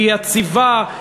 היא יציבה,